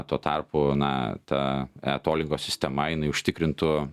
tuo tarpu na ta etolingo sistema jinai užtikrintų